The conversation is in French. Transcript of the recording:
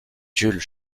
jules